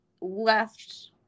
left